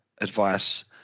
advice